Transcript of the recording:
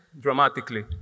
dramatically